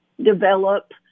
develop